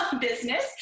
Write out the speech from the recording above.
business